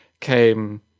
came